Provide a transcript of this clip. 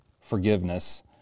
forgiveness